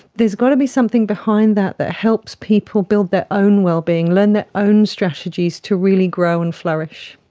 there's got to be something behind that that helps people build their own well-being, learn their own strategies to really grow and flourish.